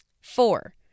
Four